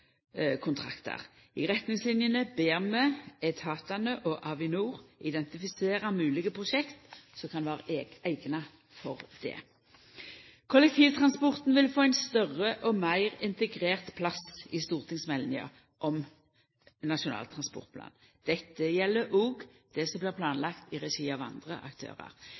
I retningslinene ber vi etatane og Avinor identifisera moglege prosjekt som kan vera eigna for det. Kollektivtransporten vil få ein større og meir integrert plass i stortingsmeldinga om Nasjonal transportplan. Dette gjeld òg det som blir planlagt i regi av andre aktørar.